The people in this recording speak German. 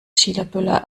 chinaböller